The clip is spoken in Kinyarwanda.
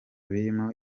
birimo